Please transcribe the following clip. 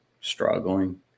struggling